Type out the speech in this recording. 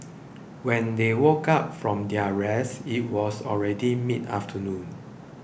when they woke up from their rest it was already mid afternoon